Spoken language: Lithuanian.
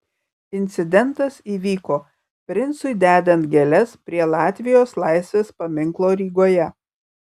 incidentas įvyko princui dedant gėles prie latvijos laisvės paminklo rygoje